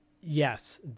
Yes